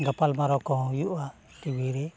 ᱜᱟᱯᱟᱞᱢᱟᱨᱟᱣ ᱠᱚ ᱦᱩᱭᱩᱜᱼᱟ ᱴᱤᱵᱷᱤ ᱨᱮ